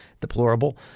deplorable